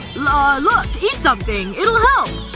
look. eat something. it will